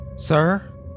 Sir